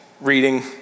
reading